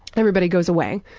everybody goes away.